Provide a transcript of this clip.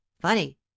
funny